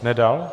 Nedal?